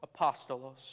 apostolos